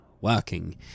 working